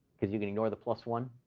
because you can ignore the plus one.